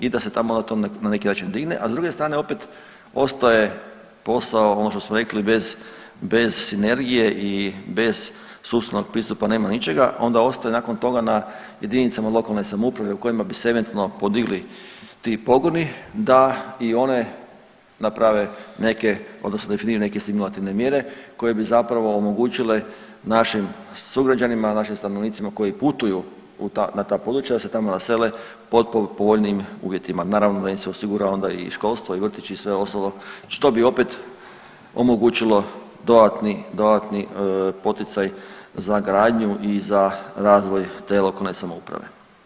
I da se tamo to na neki način digne, a s druge strane opet ostaje posao ono što smo rekli bez, bez sinergije i bez sustavnog pristupa nema ničega onda ostaje nakon toga na jedinicama lokalne samouprave u kojima bi se eventualno podigli ti pogoni da i one naprave neke odnosno definiraju neke stimulativne mjere koje bi zapravo omogućile našim sugrađanima, našim stanovnicima koji putuju na ta područja da se tamo nasele potporu pod povoljnijim uvjetima, naravno da im se osigura onda i školstvo i vrtić i sve ostalo što bi opet omogućilo dodatni, dodatni poticaj za gradnju i za razvoj te lokalne samouprave.